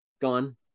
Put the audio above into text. gone